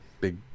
big